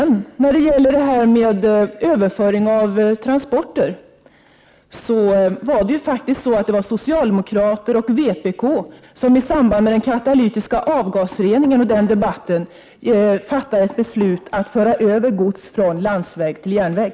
När det gäller överföring av transporter vill jag nämna att det faktiskt var socialdemokrater och vpk som i samband med debatten om katalytisk avgasrening fattade ett beslut om att föra över gods från landsväg till järnväg.